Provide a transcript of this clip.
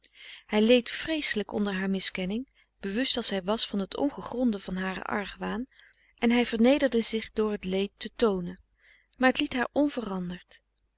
hij leed vreeselijk onder haar miskenning bewust als hij was van t ongegronde van haren argwaan en hij vernederde zich door t leed te toonen maar het liet haar onveranderd